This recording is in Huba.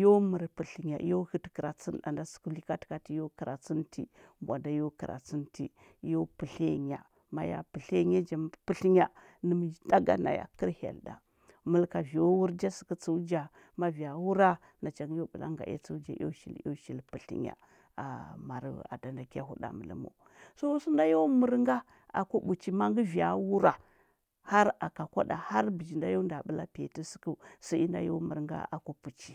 yo mər pətlənya. Yo həti kəratsən ɗa nda səkəu likatəkatə əratsəntə mbwa nda yo kəratsənti. Yo pətləya nya, ma ya pətləya ya ja. Pətlənya daga naya kəl hyel ɗa. Məlka vi o wur ja səkə tsəu ja. Ma vi a wura, nacha gə yo ɓəla nga ea tsəu ja, eo shili eo shili pətlənya, a- mar ada nda kya huɗamələm. So sənda yo mər nga, aku ɓupuchi. Mangə via wura, har akə kwa ɗa har bəji da yo nda ɓəla piya tə səkəu. Sə inda yo mər nga aku ɓupuchi.